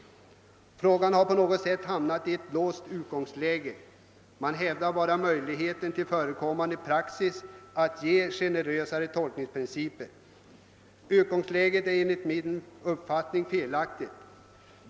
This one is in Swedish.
Frågan har nu hamnat i ett låst läge. Man hänvisar bara till möjligheten att enligt förekommande praxis följa generösare tolkningsprinciper. Detta är en felaktig inställning.